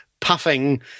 puffing